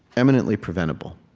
eminently preventable.